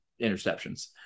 interceptions